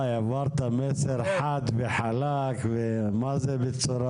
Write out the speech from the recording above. להפריד במקור ולהקים מתקנים